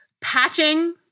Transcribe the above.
Patching